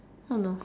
oh no